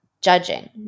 judging